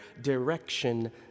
direction